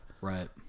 Right